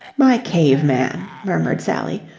my cave-man! murmured sally.